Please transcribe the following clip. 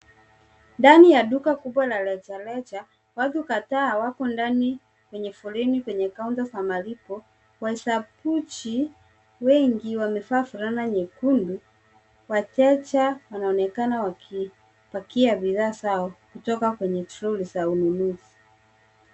Ndani ya duka kubwa la rejareja watu kadhaa wako ndani kwenye foleni kwenye kaunta za malipo. Wasabuchi wengi wengi wamevaa fulana nyekundu. Wateja wanaonekana wanapakia bidhaa zao kutoka kwenye troli za ununuzi.